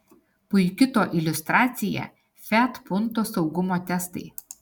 puiki to iliustracija fiat punto saugumo testai